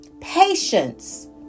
Patience